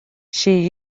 she